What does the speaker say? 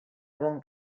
bon